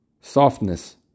softness